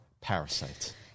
Parasite